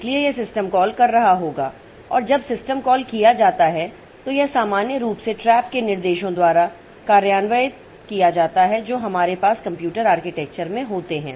इसलिए यह system call कर रहा होगा और जब सिस्टम कॉल किया जाता है तो यह सामान्य रूप से ट्रैप के निर्देशों द्वारा कार्यान्वित किया जाता है जो हमारे पास कंप्यूटर आर्किटेक्चर में होते हैं